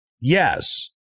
yes